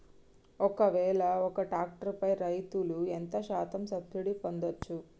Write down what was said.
ఒక్కవేల ఒక్క ట్రాక్టర్ పై రైతులు ఎంత శాతం సబ్సిడీ పొందచ్చు?